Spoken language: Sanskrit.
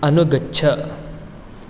अनुगच्छ